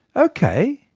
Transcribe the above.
ok,